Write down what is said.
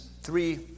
three